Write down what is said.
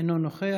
אינו נוכח.